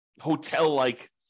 hotel-like